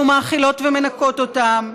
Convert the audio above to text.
אנחנו מאכילות ומנקות אותם,